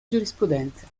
giurisprudenza